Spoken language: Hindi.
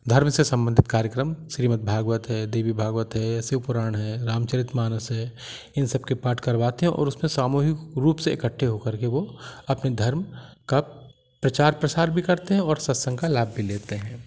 धर्म से संबंधित कार्यक्रम श्रीमदभागवत है देवी भागवत है शिव पुराण है राम चरित्र मानस है इन सब के पाठ करवाते हैं और उसमें सामूहिक रूप से इकट्ठे हो कर के वो अपने धर्म का प्रचार प्रासार भी करते हैं और सत्संग का लाभ भी लेते हैं